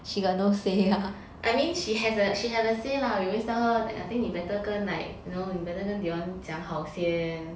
I mean she has a she has a say lah we always tell her I think 你 better 跟 like dion 讲好先